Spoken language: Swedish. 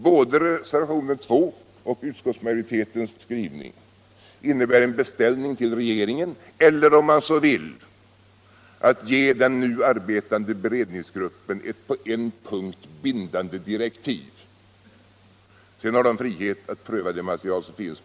Både reservationen 2 och utskottsmajoritetens skrivning innebär en beställning till regeringen, eller om man så vill att den nu arbetande beredningsgruppen skall ges ett på en gång bindande direktiv. Sedan har gruppen frihet att pröva det material som finns.